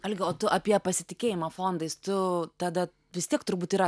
algi o tu apie pasitikėjimą fondais tu tada vis tiek turbūt yra